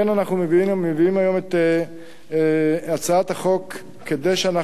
אנחנו מביאים היום את הצעת החוק כדי שאנחנו